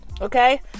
okay